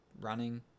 running